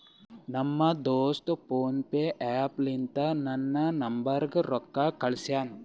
ನಮ್ ದೋಸ್ತ PhonePe app ಲಿಂತಾ ನನ್ ನಂಬರ್ಗ ರೊಕ್ಕಾ ಕಳ್ಸ್ಯಾನ್